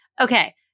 Okay